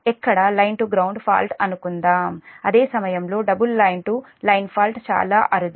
ఎక్కడ line to ground fault అనుకుందాం అదే సమయంలో double line to line fault చాలా అరుదు